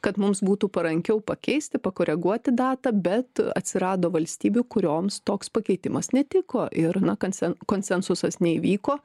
kad mums būtų parankiau pakeisti pakoreguoti datą bet atsirado valstybių kurioms toks pakeitimas netiko ir naka n konsensusas neįvyko